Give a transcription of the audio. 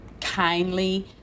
kindly